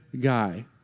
guy